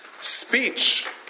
Speech